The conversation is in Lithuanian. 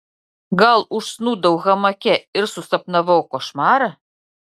gal užsnūdau hamake ir susapnavau košmarą